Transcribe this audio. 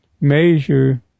measure